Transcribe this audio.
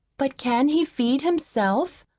but can he feed himself?